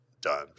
done